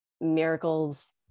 miracles